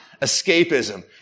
escapism